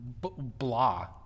blah